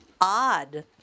odd